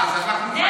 מה, אז אנחנו חיות?